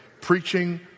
preaching